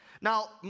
Now